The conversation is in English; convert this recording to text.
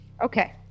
Okay